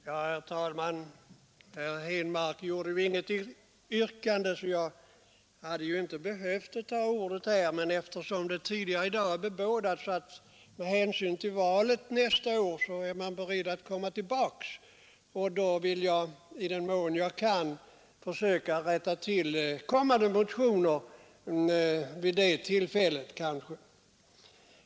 Herr talman! Herr Henmark ställde inte något yrkande, och jag hade därför inte behövt ta till orda nu. Men eftersom det tidigare i dag har sagts att man med hänsyn till valet nästa år är beredd att motionsledes komma tillbaka i dessa frågor vill jag, i den mån jag kan, försöka rätta till dessa eventuellt kommande motioner.